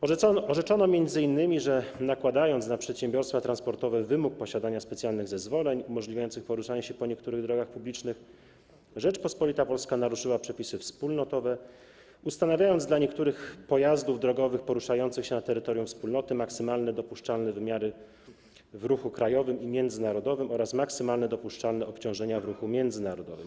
Orzeczono m.in., że nakładając na przedsiębiorstwa transportowe wymóg posiadania specjalnych zezwoleń umożliwiających poruszanie się po niektórych drogach publicznych, Rzeczpospolita Polska naruszyła przepisy wspólnotowe, ustanawiając dla niektórych pojazdów drogowych poruszających się na terytorium Wspólnoty maksymalne dopuszczalne wymiary w ruchu krajowym i międzynarodowym oraz maksymalne dopuszczalne obciążenia w ruchu międzynarodowym.